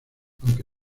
aunque